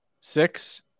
six